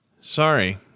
Sorry